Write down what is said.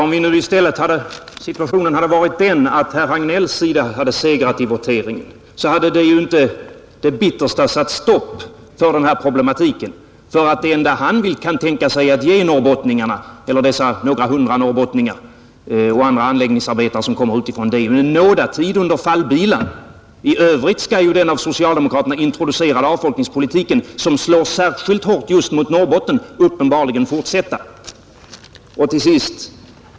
Fru talman! Om situationen nu i stället varit den att herr Hagnells sida hade segrat i voteringen, hade detta inte det bittersta satt stopp för denna problematik. Det enda han kan tänka sig att ge dessa några hundra norrbottningar och andra anläggningsarbetare som kommer utifrån är ju en nådatid under fallbilan. I övrigt skall den av socialdemokraterna introducerade avfolkningspolitiken, som slår särskilt hårt just mot Norrbotten, uppenbarligen fortsätta. Till sist.